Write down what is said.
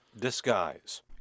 disguise